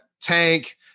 tank